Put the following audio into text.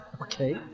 Okay